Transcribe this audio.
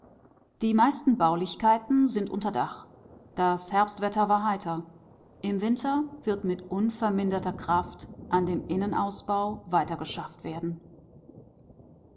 die meisten baulichkeiten sind unter dach das herbstwetter war heiter im winter wird mit unverminderter kraft an dem innenausbau weitergeschafft werden